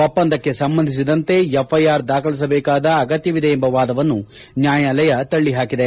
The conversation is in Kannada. ಒಪ್ಪಂದಕ್ಕೆ ಸಂಬಂಧಿಸಿದಂತೆ ಎಫ್ಐಆರ್ ದಾಖಲಿಸಬೇಕಾದ ಅಗತ್ಯವಿದೆ ಎಂಬ ವಾದವನ್ನು ನ್ಯಾಯಾಲಯ ತಳ್ಳ ಹಾಕಿದೆ